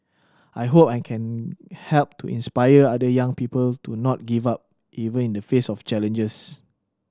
I hope I can help to inspire other young people to not give up even in the face of challenges